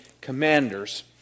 Commanders